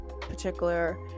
particular